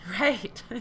Right